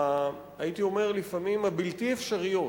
הייתי אומר לפעמים הבלתי-אפשריות,